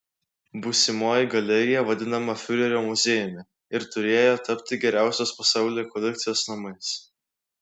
būsimoji galerija vadinta fiurerio muziejumi ir turėjo tapti geriausios pasaulyje kolekcijos namais